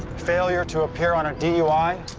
failure to appear on a d u i?